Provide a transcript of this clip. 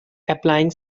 applying